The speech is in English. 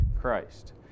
Christ